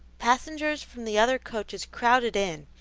passengers from the other coaches crowded in,